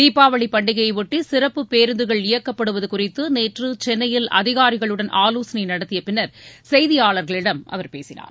தீபாவளி பண்டிகையை ஒட்டி சிறப்பு பேருந்துகள் இயக்கப்படுவது குறித்து நேற்று சென்னையில் அதிகாரிகளுடன் ஆலோசனை நடத்திய பின்னர் செய்தியாளர்களிடம் அவர் பேசினார்